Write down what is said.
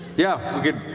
yeah, we could.